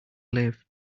live